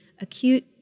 acute